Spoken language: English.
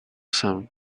some